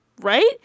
right